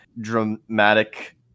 dramatic